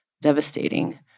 devastating